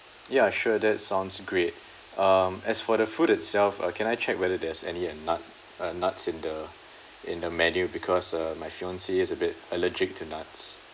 ya sure that sounds great um as for the food itself uh can I check whether there's any uh nut uh nuts in the in the menu because uh my fiancee is a bit allergic to nuts